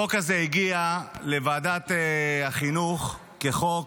החוק הזה הגיע לוועדת החינוך כחוק